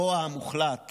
הרוע המוחלט